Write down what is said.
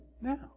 now